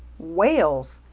whales!